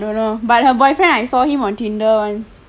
I don't know but her boyfriend I saw him on tinder [one]